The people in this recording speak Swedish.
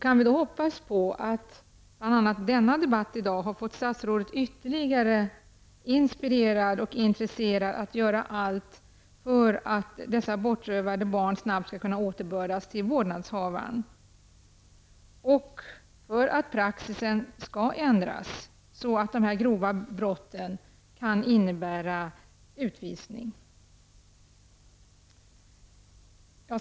Kan vi hoppas på att denna debatt har gjort statsrådet ytterligare insprirerad och intresserad av att göra allt för att dessa bortrövade barn snabbt skall kunna återbördas till vårdnadshavaren och för att praxis skall ändras, så att dessa grova brott kan medföra utvisning?